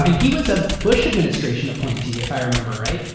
and he was a bush administration appointee if i remember, right?